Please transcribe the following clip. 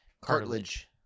Cartilage